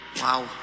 Wow